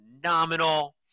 phenomenal